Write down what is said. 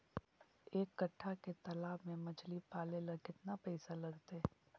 एक कट्ठा के तालाब में मछली पाले ल केतना पैसा लगतै?